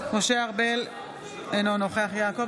משה ארבל, אינו נוכח יעקב